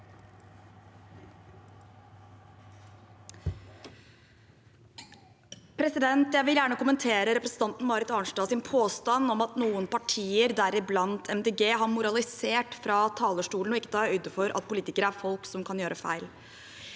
Jeg vil gjerne kommentere representanten Marit Arnstads påstand om at noen partier, deriblant Miljøpartiet De Grønne, har moralisert fra talerstolen og ikke tar høyde for at politikere er folk som kan gjøre feil.